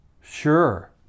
Sure